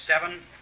Seven